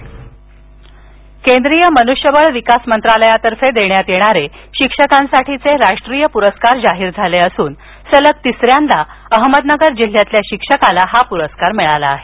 शिक्षक प्रर्स्कार केंद्रीय मनुष्य विकास मंत्रालयातर्फे देण्यात येणारे शिक्षकांसाठीचे राष्ट्रीय पुरस्कार जाहीर झाले असून सलग तिसर्यांददा अहमदनगर जिल्ह्यातील शिक्षकाला हा पुरस्कार मिळाला आहे